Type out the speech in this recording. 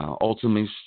ultimately